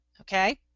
okay